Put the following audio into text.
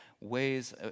ways